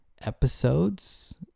episodes